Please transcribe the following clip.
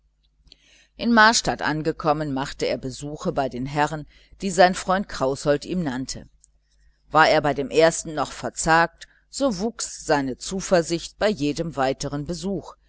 in marstadt angekommen machte er besuche bei den herren die sein freund kraußold ihm nannte war er bei dem ersten noch verzagt so wuchs seine zuversicht bei jedem weiteren besuch